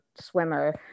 swimmer